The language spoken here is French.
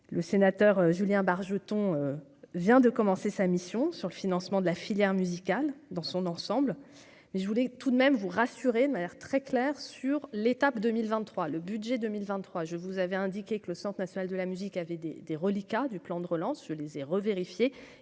Le sénateur Julien Bargeton vient de commencer sa mission sur le financement de la filière musicale dans son ensemble, mais je voulais tout de même vous rassurer : n'a l'air très clair sur l'étape 2023, le budget 2023 je vous avez indiqué que le Centre national de la musique avait des des reliquats du plan de relance, je les ai revérifié